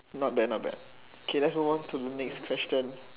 not bad not bad let's move on to the next question